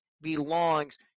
belongs